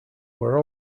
were